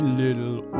little